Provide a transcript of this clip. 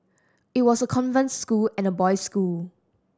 it was a convent school and a boys school